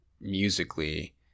musically